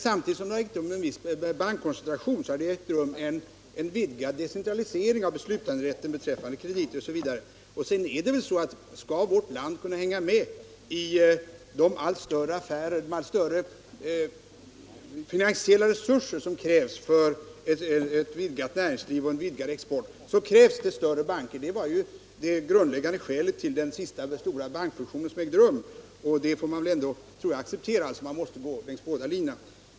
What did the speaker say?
Samtidigt som det har ägt rum en viss bankkoncentration har det skett en vidgad decentralisering av beslutanderätten när det gäller krediter och liknande. Men det är också på det sättet, att om vårt land skall kunna hänga med när det gäller de allt större finansiella resurser som krävs för ett vidgat näringsliv och vidgad export, så måste vi ha ett visst antal större banker. Det var ju det grundläggande skälet för den senaste bankfusionen. Därför tror jag att man måste acceptera att vi är tvungna att gå fram efter båda linjerna.